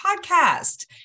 podcast